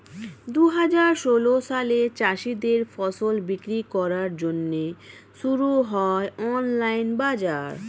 দুহাজার ষোল সালে চাষীদের ফসল বিক্রি করার জন্যে শুরু হয় অনলাইন বাজার